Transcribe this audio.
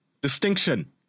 Distinction